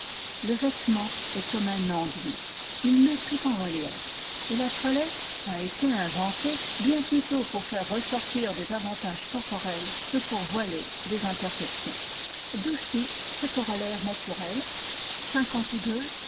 le vêtement est comme un enduit il met tout en relief et la toilette a été inventée bien plutôt pour faire ressortir des avantages corporels que pour voiler des imperfections d'où suit ce corollaire naturel